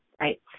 Right